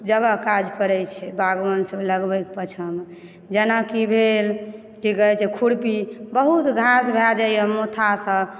जगह काज पड़ै छै बागवानी सब लगबैके पछाँमे जेनाकि भेल की कहय छै खुरपी बहुत घास भए जाइए मूथा सब